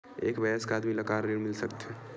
एक वयस्क आदमी ल का ऋण मिल सकथे?